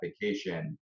vacation